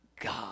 God